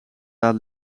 laat